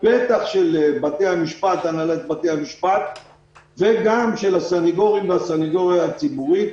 בטח של הנהלת בתי המשפט וגם של הסנגורים והסנגוריה הציבורית.